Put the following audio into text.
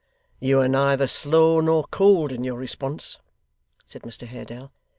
you are neither slow nor cold in your response said mr haredale,